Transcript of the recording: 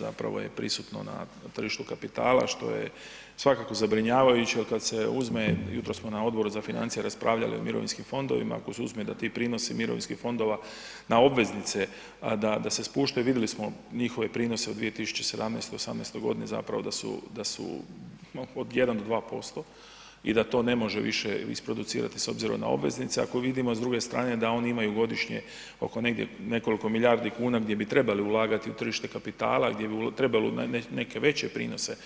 zapravo je prisutno na tržištu kapitala, što je svakako zabrinjavajuće jel kad se uzme, jutros smo na Odboru za financije raspravljali o mirovinskim fondovima, ako se uzme da ti prinosi mirovinskih fondova na obveznice da, da se spuštaju i vidjeli smo njihove prinose od 2017., 2018. godine da su od 1 do 2% i da to ne može više isproducirati s obzirom na obveznice, ako vidimo s druge strane da oni imaju godišnje negdje oko nekoliko milijardi kuna gdje bi trebali ulagati u tržište kapitala, gdje bi trebali u neke veće prinose.